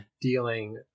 Dealing